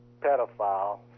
pedophile